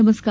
नमस्कार